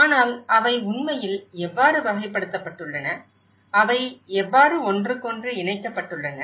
ஆனால் அவை உண்மையில் எவ்வாறு வகைப்படுத்தப்பட்டுள்ளன அவை எவ்வாறு ஒன்றுக்கொன்று இணைக்கப்பட்டுள்ளன